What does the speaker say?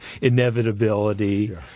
Inevitability